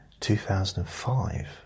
2005